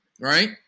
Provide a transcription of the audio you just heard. right